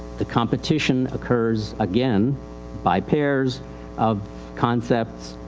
the competition occurs again by pairs of concepts,